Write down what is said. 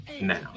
now